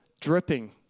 Dripping